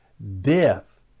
death